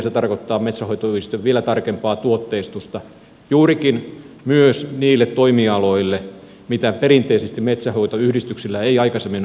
se tarkoittaa metsänhoitoyhdistysten vielä tarkempaa tuotteistusta juurikin myös niille toimialoille mitä perinteisesti metsänhoitoyhdistyksillä ei aikaisemmin ole